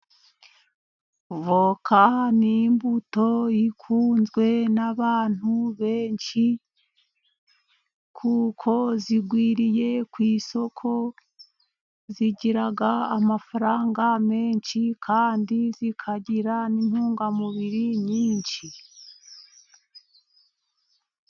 Avoka ni imbuto ikunzwe n'abantu benshi, kuko zigwiriye ku isoko. Zigira amafaranga menshi, kandi zikagira n'intungamubiri nyinshi.